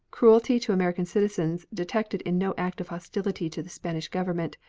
cruelty to american citizens detected in no act of hostility to the spanish government,